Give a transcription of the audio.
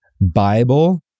Bible